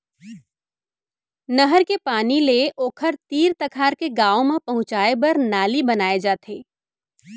नहर के पानी ले ओखर तीर तखार के गाँव म पहुंचाए बर नाली बनाए जाथे